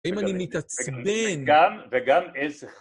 אם אני מתעצבן. גם, וגם איזה...